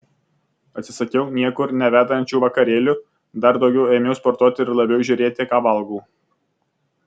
atsisakiau niekur nevedančių vakarėlių dar daugiau ėmiau sportuoti ir labiau žiūrėti ką valgau